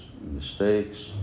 mistakes